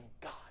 God